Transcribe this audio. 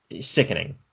Sickening